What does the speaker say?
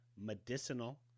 medicinal